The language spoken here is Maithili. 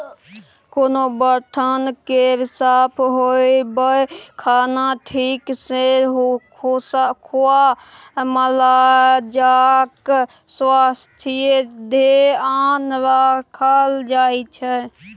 कोनो बथान केर साफ होएब, खाना ठीक सँ खुआ मालजालक स्वास्थ्यक धेआन राखल जाइ छै